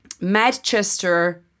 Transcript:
Manchester